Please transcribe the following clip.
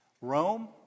Rome